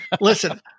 Listen